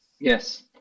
Yes